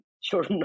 sure